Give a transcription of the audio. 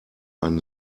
ein